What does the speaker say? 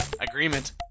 Agreement